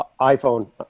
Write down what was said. iPhone